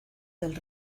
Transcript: del